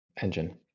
engine